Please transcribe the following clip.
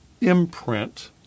imprint